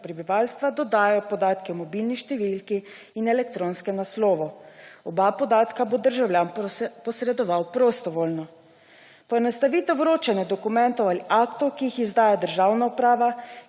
prebivalstva dodajo podatki o mobilni številki in elektronskem naslovu. Oba podatka bo državljan posredoval prostovoljno. Poenostavitve vročanja dokumentov ali aktov, ki jih izdaja državna uprava,